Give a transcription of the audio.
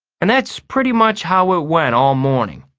and that's pretty much how it went all morning.